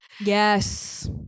Yes